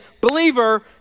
believer